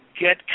get